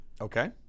Okay